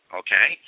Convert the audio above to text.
okay